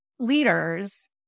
leaders